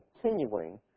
continuing